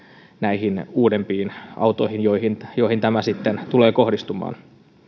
näihin uudempiin autoihin joihin joihin tämä sitten tulee kohdistumaan